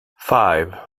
five